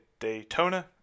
Daytona